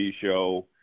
show